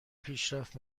پیشرفت